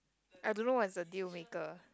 I don't know what is a deal maker